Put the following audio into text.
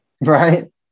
Right